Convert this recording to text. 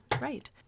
Right